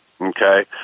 okay